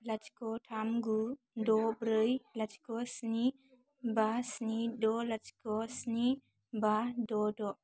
लाथिख' थाम गु द' ब्रै लाथिख' स्नि बा स्नि द' लाथिख' स्नि बा द' द'